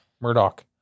Murdoch